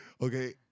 Okay